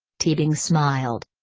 teabing smiled.